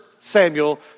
Samuel